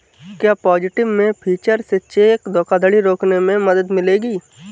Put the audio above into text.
क्या positive pay feature से cheque धोखाधड़ी रोकने में मदद मिलेगी?